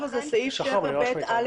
זה סעיף ב(א)(2).